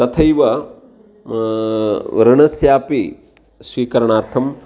तथैव ऋणस्यापि स्वीकरणार्थम्